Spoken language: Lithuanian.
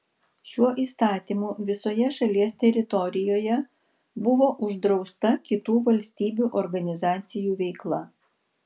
šiuo įstatymu visoje šalies teritorijoje buvo uždrausta kitų valstybių organizacijų veikla